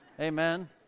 Amen